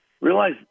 realize